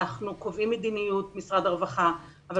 אנחנו קובעים מדיניות במשרד הרווחה אבל